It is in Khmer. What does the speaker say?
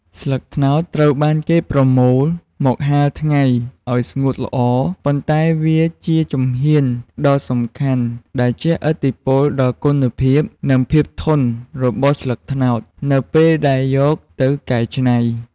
ស្លឹកត្នោតត្រូវបានគេប្រមូលមកហាលថ្ងៃឱ្យស្ងួតល្អ ប៉ុន្តែវាជាជំហានដ៏សំខាន់ដែលជះឥទ្ធិពលដល់គុណភាព និងភាពធន់របស់ស្លឹកត្នោតនៅពេលដែលយកទៅកែច្នៃ។